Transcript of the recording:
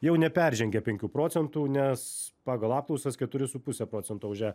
jau neperžengė penkių procentų nes pagal apklausas keturi su puse procento už ją